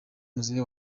muzehe